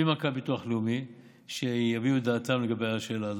ועם מנכ"ל הביטוח הלאומי שיביעו את דעתם לגבי השאלה הזאת.